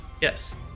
Yes